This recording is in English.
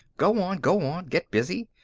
go on, go on. get busy.